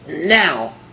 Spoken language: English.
now